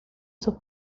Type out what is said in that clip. sus